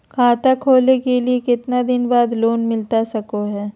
खाता खोले के कितना दिन बाद लोन मिलता सको है?